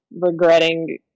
regretting